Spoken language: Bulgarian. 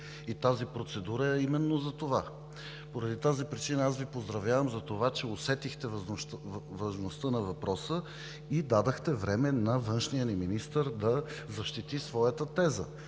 И тази процедура е именно за това. Поради тази причина аз Ви поздравявам за това, че усетихте важността на въпроса и дадохте време на външния ни министър да защити своята теза,